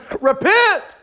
Repent